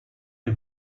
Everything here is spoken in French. est